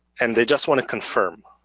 and they just want to confirm.